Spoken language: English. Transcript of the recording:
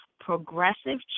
progressive